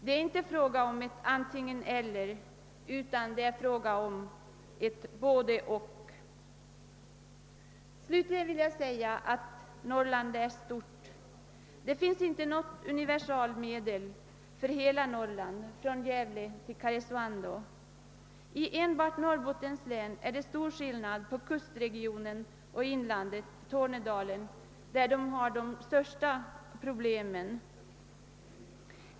Det är inte fråga om ett antingen—eller utan om ett både—och. Norrland är stort. Det finns inte något universalmedel för hela Norrland, från Gävle till Karesuando. Enbart inom Norrbottens län är det stor skillnad mellan kustregion och inlandet, där t.ex. Tornedalen har stora problem.